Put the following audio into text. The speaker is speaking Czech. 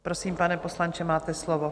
Prosím, pane poslanče, máte slovo.